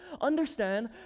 understand